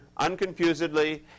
unconfusedly